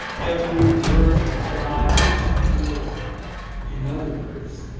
every word of god is pure in other words,